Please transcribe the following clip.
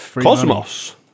Cosmos